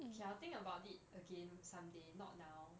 okay I will think about it some day not now